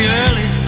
early